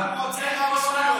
הוא רוצה רק זכויות.